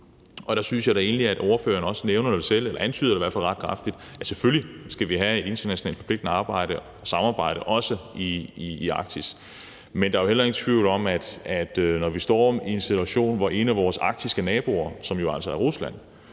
Der synes jeg da egentlig – og ordføreren nævner det også selv eller antyder det i hvert fald ret kraftigt – at vi selvfølgelig skal have et internationalt forpligtende arbejde og også et samarbejde i Arktis. Men der er jo heller ingen tvivl om, at når vi står i en situation, hvor en af vores arktiske naboer, som jo altså er Rusland,